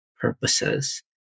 purposes